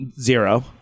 Zero